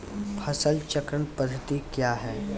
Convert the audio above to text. फसल चक्रण पद्धति क्या हैं?